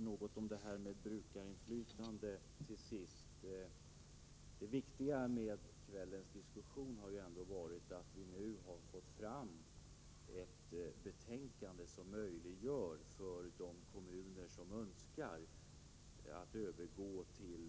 Herr talman! Till sist något om brukarinflytandet. Det viktiga med kvällens diskussion har ju varit att vi nu har fått fram ett betänkande som möjliggör för de kommuner som så önskar att övergå till